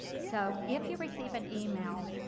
so if you receive an email,